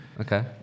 Okay